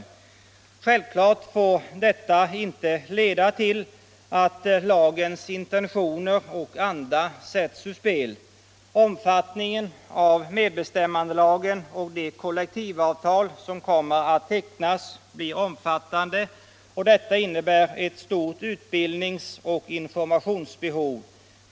Självfallet får detta inte leda till att lagens intentioner och anda sätts ur spel. Omfattningen av medbestämmandelagen och de kollektivavtal som kommer att tecknas blir stor, och detta innebär ett betydande utbildningsoch informationsbehov.